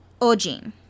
Ojin